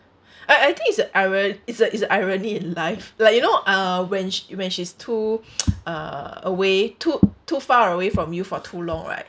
I I think it's a iron~ it's a it's a irony in life like you know uh when she when she's too uh away too too far away from you for too long right